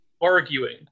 arguing